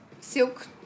silk